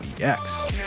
EX